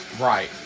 Right